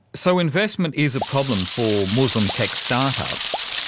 so investment is a problem for muslim tech start-ups.